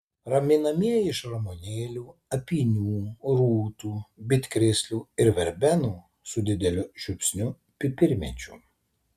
raminamieji iš ramunėlių apynių rūtų bitkrėslių ir verbenų su dideliu žiupsniu pipirmėčių